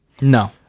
No